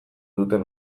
duten